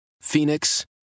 Phoenix